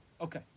Okay